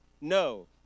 No